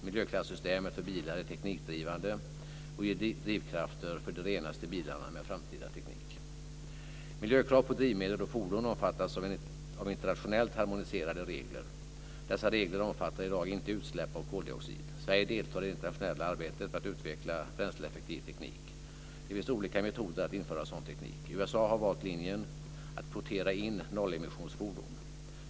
Miljöklassystemet för bilar är teknikdrivande och ger drivkrafter för de renaste bilarna med framtida teknik. Miljökrav på drivmedel och fordon omfattas av internationellt harmoniserade regler. Dessa regler omfattar i dag inte utsläpp av koldioxid. Sverige deltar i det internationella arbetet med att utveckla bränsleeffektiv teknik. Det finns olika metoder att införa sådan teknik. USA har valt linjen att kvotera in nollemissionsfordon.